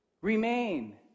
Remain